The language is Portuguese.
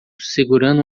segurando